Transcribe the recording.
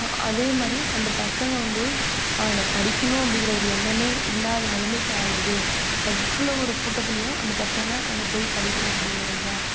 அதே மாரி அந்த பசங்க வந்து படிக்கணும் அப்படிங்கிற ஒரு எண்ணமே இல்லாத நிலைமைக்கு ஆயிடுது அவ்வளோ ஒரு கூட்டத்துலையும் அந்த பசங்க அங்கே போய் படிக்கணும் அப்படிங்கிறதுதான்